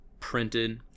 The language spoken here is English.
printed